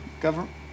Government